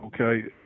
okay